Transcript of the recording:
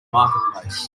marketplace